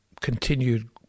continued